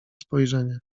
spojrzenie